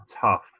tough